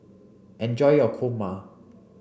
enjoy your Kurma